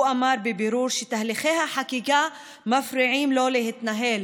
הוא אמר בבירור שתהליכי החקיקה מפריעים לו להתנהל,